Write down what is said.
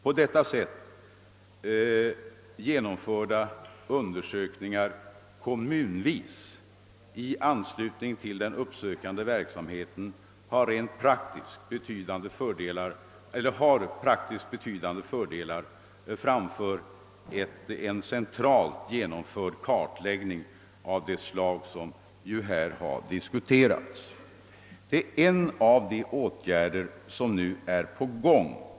På det sättet kommunevis genomförda undersökningar i anslutning till den uppsökande verksamheten har bety dande praktiska fördelar framför en centralt genomförd kartläggning av det slag som också har diskuterats. Detfa är en av de åtgärder som nu är på gång.